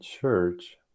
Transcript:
church